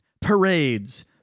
parades